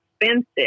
expensive